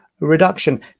reduction